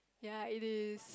ya it is